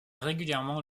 régulièrement